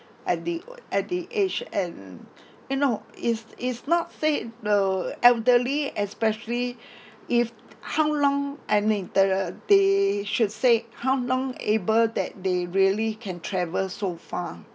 at the at the age and you know is is not said the elderly especially if how long I mean the they should say how long able that they really can travel so far